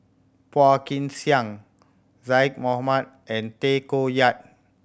Phua Kin Siang Zaqy Mohamad and Tay Koh Yat